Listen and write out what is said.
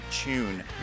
tune